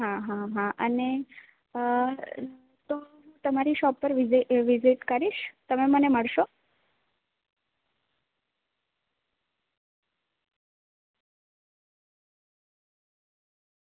હા હા હા અને તો તો હું હા તમારી શોપ પર વિઝિટ કરીશ તમે મને મળશો